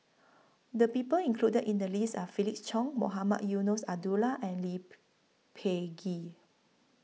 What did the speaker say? The People included in The list Are Felix Cheong Mohamed Eunos Abdullah and Lee Peh Gee